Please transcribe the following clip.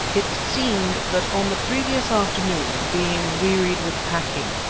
it seemed that on the previous afternoon, being wearied with packing,